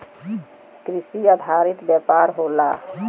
कृषि आधारित व्यापार होला